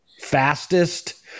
fastest